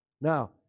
Now